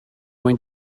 mwy